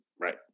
Right